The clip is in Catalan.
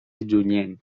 junyent